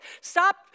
Stop